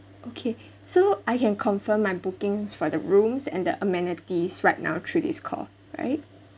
okay so I can confirm my booking for the rooms and the amenities right now through this call right